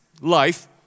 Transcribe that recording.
life